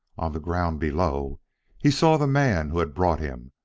the ground below he saw the man who had brought him,